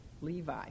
Levi